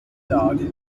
dog